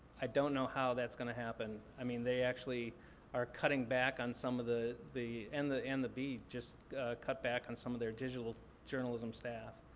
i don't know how that's going to happen. i mean, they actually are cutting back on some of the, and the and the beat, just cut back on some of their digital journalism staff.